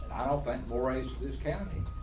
i don't think maurice is counting